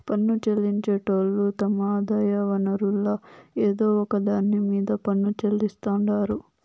పన్ను చెల్లించేటోళ్లు తమ ఆదాయ వనరుల్ల ఏదో ఒక దాన్ని మీద పన్ను చెల్లిస్తాండారు